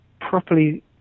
properly